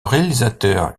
réalisateur